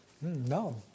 No